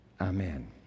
Amen